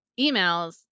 emails